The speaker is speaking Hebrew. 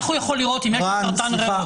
איך השוטר יכול לראות אם יש לו סרטן ראות?